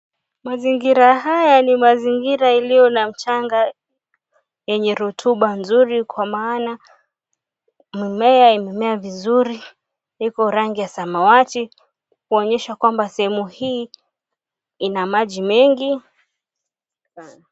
Mazingira haya ni mazingira yaliyo na mchanga wenye rotuba nzuri kwa maana mmea imemea vizuri ikiwa rangi ya kijani kuonyesha kwamba sehemu hii inamaji mengi sana.